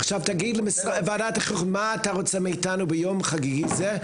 עכשיו תגיד לוועדת החינוך מה אתה רוצה מאיתנו ביום חגיגי זה.